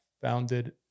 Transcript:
founded